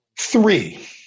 Three